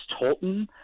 Tolton